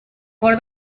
por